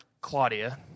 Claudia